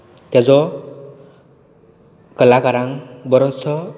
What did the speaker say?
ताजो कलाकारांक बरसो